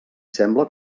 sembla